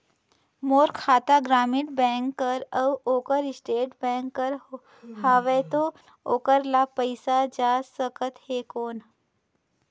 मोर खाता ग्रामीण बैंक कर अउ ओकर स्टेट बैंक कर हावेय तो ओकर ला पइसा जा सकत हे कौन?